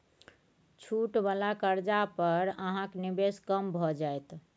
छूट वला कर्जा पर अहाँक निवेश कम भए जाएत